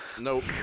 Nope